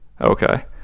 Okay